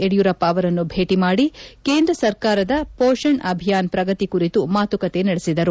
ಯಡಿಯೂರಪ್ಪ ಅವರನ್ನು ಭೇಟಿ ಮಾಡಿ ಕೇಂದ್ರ ಸರ್ಕಾರದ ಪೋಷಣಾ ಅಭಿಯಾನ ಪ್ರಗತಿ ಕುರಿತು ಮಾತುಕತೆ ನಡೆಸಿದರು